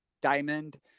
Diamond